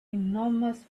enormous